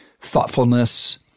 thoughtfulness